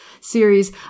series